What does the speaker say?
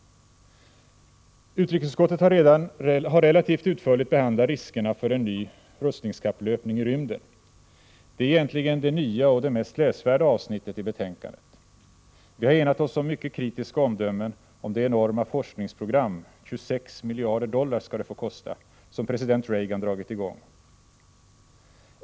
Utrikesutskottet har relativt utförligt behandlat riskerna för en ny rustningskapplöpning i rymden. Det är egentligen det nya och det mest läsvärda avsnittet i betänkandet. Vi har enat oss om mycket kritiska omdömen om det enorma forskningsprogram — 26 miljarder dollar skall det få kosta — som president Reagan dragit i gång.